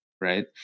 right